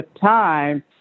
time